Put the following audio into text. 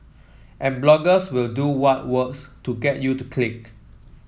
and bloggers will do what works to get you to click